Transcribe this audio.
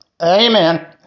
Amen